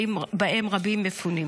ובהם רבים מפונים.